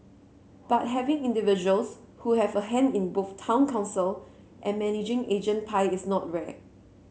but having individuals who have a hand in both town council and managing agent pie is not rare